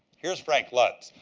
here's frank lutz.